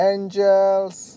Angels